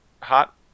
hot